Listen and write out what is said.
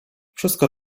wszystko